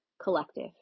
collective